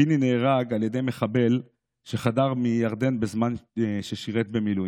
פיני נהרג על ידי מחבל שחדר מירדן בזמן ששירת במילואים.